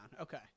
Okay